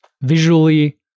visually